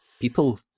people